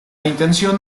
intención